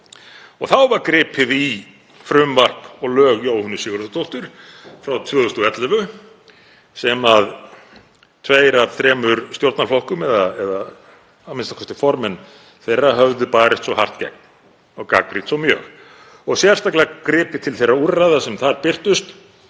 sig. Þá var gripið í frumvarp og lög Jóhönnu Sigurðardóttur frá 2011 sem tveir af þremur stjórnarflokkum, eða a.m.k. formenn þeirra, höfðu barist svo hart gegn og gagnrýnt svo mjög, og sérstaklega gripið til þeirra úrræða sem þar birtust